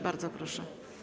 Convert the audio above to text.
Bardzo proszę.